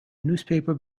newspaper